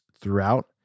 throughout